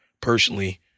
personally